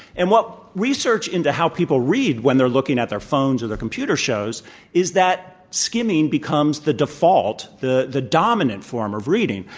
and what research into how people read when they're looking at their phones or their computer shows is that skimming becomes the default, the the dominant form of reading.